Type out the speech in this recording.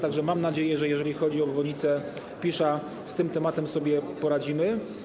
Tak że mam nadzieję, że jeżeli chodzi o obwodnicę Pisza, z tym tematem sobie poradzimy.